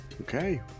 Okay